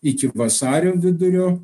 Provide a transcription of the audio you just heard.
iki vasario vidurio